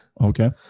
Okay